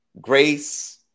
grace